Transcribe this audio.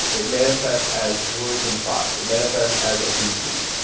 it manifests as worrisome thoughts. it manifests as obesity.